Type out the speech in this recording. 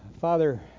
father